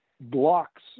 blocks